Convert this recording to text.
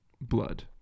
blood